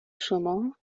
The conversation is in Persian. شما